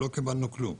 לא קיבלנו כלום.